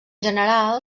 general